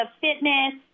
fitness